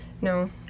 No